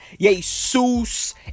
Jesus